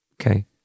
Okay